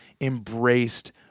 embraced